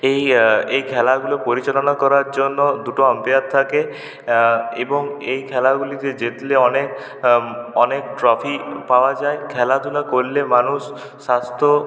এই এই খেলাগুলো পরিচালনা করার জন্য দুটো আম্পায়ার থাকে এবং এই খেলাগুলিতে জিতলে অনেক অনেক ট্রফি পাওয়া যায় খেলাধুলা করলে মানুষ স্বাস্থ্য